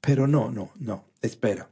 pero no espera